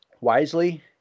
Wisely